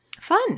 Fun